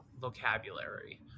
vocabulary